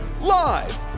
Live